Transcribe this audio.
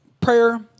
prayer